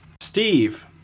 Steve